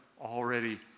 already